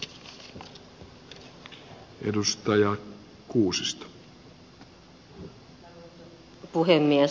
arvoisa puhemies